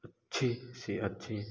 अच्छे से अच्छे